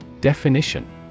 Definition